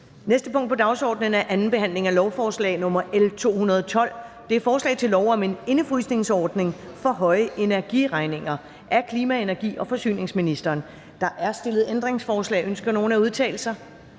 næste punkt på dagsordenen er: 2) 2. behandling af lovforslag nr. L 212: Forslag til lov om en indefrysningsordning for høje energiregninger. Af klima-, energi- og forsyningsministeren (Dan Jørgensen). (Fremsættelse